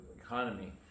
economy